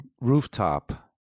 rooftop